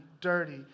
dirty